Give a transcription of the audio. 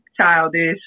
childish